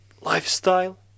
lifestyle